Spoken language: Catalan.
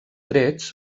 trets